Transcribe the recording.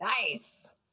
Nice